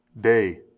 day